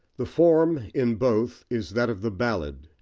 the form in both is that of the ballad,